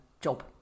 job